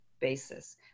basis